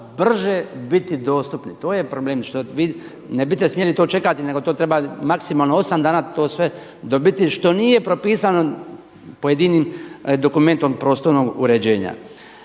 brže biti dostupni. To je problem što vi ne bite smjeli to čekati nego to treba maksimalno osam dana to sve dobiti, što nije propisano pojedinim dokumentom prostornog uređenja.